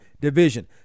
Division